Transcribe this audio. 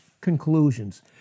conclusions